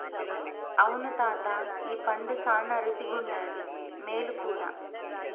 అవును తాతా ఈ పండు శానా రుసిగుండాది, మేలు కూడా